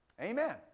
Amen